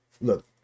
look